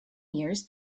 years